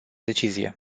decizie